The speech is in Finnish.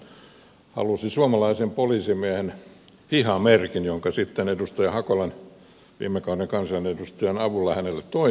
hän halusi suomalaisen poliisimiehen hihamerkin jonka sitten edustaja hakolan viime kauden kansanedustajan avulla hänelle toimitin